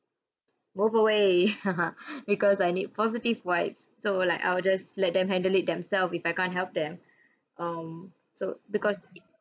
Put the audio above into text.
move away because I need positive vibes so like I'll just let them handle it themselves if I can't help them um so because